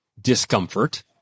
discomfort